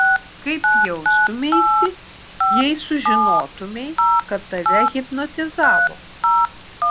kaip jaustumeisi jei sužinotumei kad tave hipnotizavo